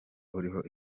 uriho